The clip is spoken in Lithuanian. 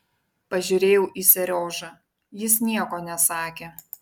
pažiūrėjau į seriožą jis nieko nesakė